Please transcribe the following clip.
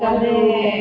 correct